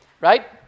Right